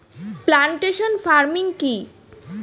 Plantation farming কি?